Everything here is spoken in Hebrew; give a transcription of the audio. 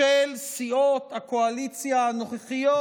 של סיעות הקואליציה הנוכחיות,